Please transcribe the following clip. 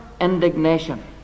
indignation